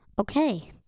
Okay